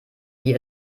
wie